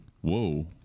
whoa